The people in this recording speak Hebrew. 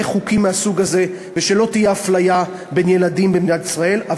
חוקים מהסוג הזה ושלא תהיה הפליה בין ילדים במדינת ישראל.